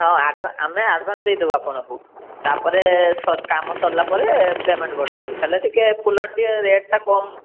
ହଁ ଆଡ଼ ଆମେ ଆଡ଼ଭାନ୍ସ ଦେଇଦେବୁ ଆପଣଙ୍କୁ ତା'ପରେ କାମ ସରିଲା ପରେ ପେମେଣ୍ଟ କରିଦେବୁ ହେଲେ ଟିକେ ଫୁଲଟା ଟିକେ ରେଟ୍ କମ୍